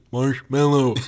Marshmallow